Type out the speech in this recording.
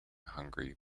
hungary